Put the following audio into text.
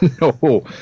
No